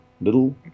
little